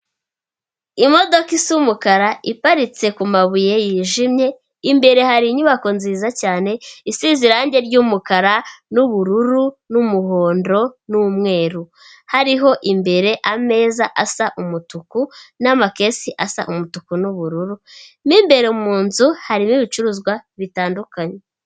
Imodoka isa umukara, iparitse ku mabuye yijimye, imbere hari inyubako nziza cyane, isize irangi ry'umukara n'ubururu, umuhondo n'umweru, hariho imbere ameza asa umutuku n'amakesi asa umutuku n'ubururu, mu imbere mu nzu harimo ibicuruzwa bitandukanye.